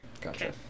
Gotcha